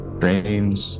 drains